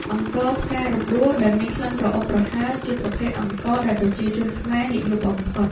អង្ករផ្ការំដួលដែលមានក្លិនក្រអូបប្រហើរ ជាប្រភេទអង្ករដែលប្រជាជនខ្មែរនិយមបំផុត។